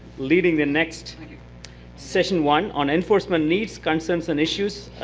leading the next session one on enforcement needs, concerns, and issues.